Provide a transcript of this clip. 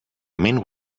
mean